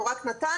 או רק נתניה,